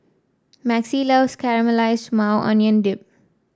Maxie loves Caramelize Maui Onion Dip